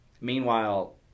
meanwhile